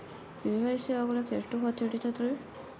KYC ಆಗಲಕ್ಕ ಎಷ್ಟ ಹೊತ್ತ ಹಿಡತದ್ರಿ?